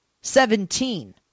Seventeen